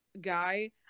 guy